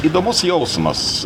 įdomus jausmas